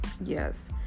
Yes